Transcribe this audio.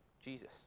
Jesus